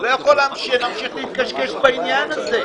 אנחנו לא יכולים להמשיך להתקשקש בעניין הזה.